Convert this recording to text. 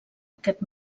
aquest